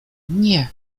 nie